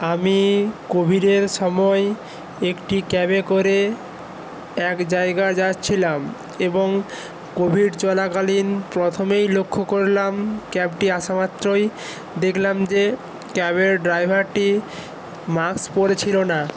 আমি কোভিডের সময় একটি ক্যাবে করে এক জায়গা যাচ্ছিলাম এবং কোভিড চলাকালীন প্রথমেই লক্ষ্য করলাম ক্যাবটি আসা মাত্রই দেখলাম যে ক্যাবের ড্রাইভারটি মাস্ক পরেছিলো না